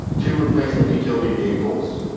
two replacement utility vehicles,